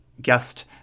guest